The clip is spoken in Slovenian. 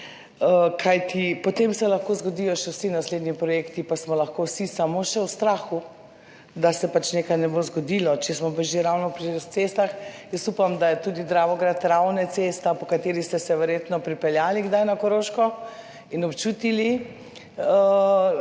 potem se lahko zgodijo še vsi naslednji projekti pa smo lahko vsi samo še v strahu, da se pač nekaj ne bo zgodilo. Če smo že ravno pri cestah, upam, da je Dravograd–Ravne, cesta, po kateri ste se verjetno pripeljali kdaj na Koroško in občutili